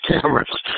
cameras